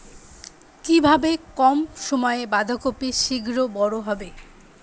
কিভাবে কম সময়ে বাঁধাকপি শিঘ্র বড় হবে?